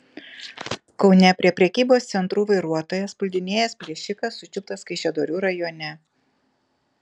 kaune prie prekybos centrų vairuotojas puldinėjęs plėšikas sučiuptas kaišiadorių rajone